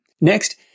Next